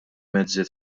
mezzi